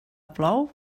plou